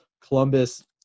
Columbus